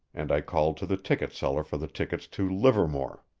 and i called to the ticket-seller for the tickets to livermore.